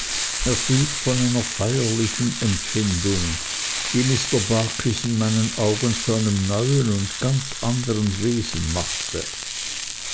erfüllt von einer feierlichen empfindung die mr barkis in meinen augen zu einem neuen und ganz andern wesen machte